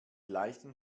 leichten